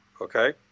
okay